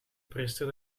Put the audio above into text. priester